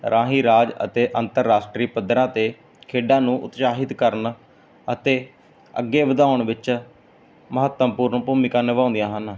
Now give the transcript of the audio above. ਰਾਹੀਂ ਰਾਜ ਅਤੇ ਅੰਤਰਰਾਸ਼ਟਰੀ ਪੱਧਰਾਂ ਤੇ ਖੇਡਾਂ ਨੂੰ ਉਤਸ਼ਾਹਿਤ ਕਰਨ ਅਤੇ ਅੱਗੇ ਵਧਾਉਣ ਵਿੱਚ ਮਹੱਤਵਪੂਰਨ ਭੂਮਿਕਾ ਨਿਭਾਉਂਦੇ ਹਨ